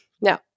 Now